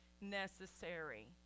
necessary